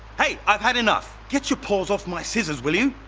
i've had enough! get your paws off my scissors, will you!